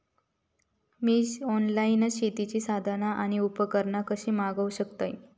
मी online शेतीची साधना आणि उपकरणा कशी मागव शकतय?